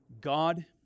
God